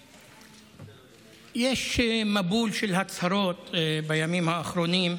יש מבול של הצהרות בימים האחרונים,